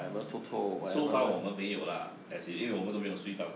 so far 我们没有 lah as in 因为我们都没有睡都吗